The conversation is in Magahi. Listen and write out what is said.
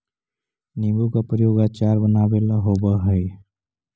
नींबू का प्रयोग अचार बनावे ला होवअ हई